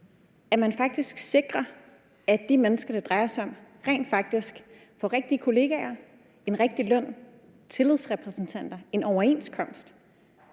at man faktisk sikrer, at de mennesker, der drejer sig om, rent faktisk får rigtige kollegaer, en rigtig løn, tillidsrepræsentanter, en overenskomst.